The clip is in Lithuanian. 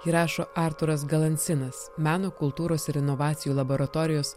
jį rašo artūras galansinas meno kultūros ir inovacijų laboratorijos